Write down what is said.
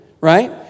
Right